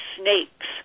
snakes